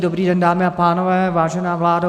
Dobrý den, dámy a pánové, vážená vládo.